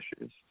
issues